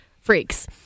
freaks